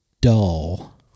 dull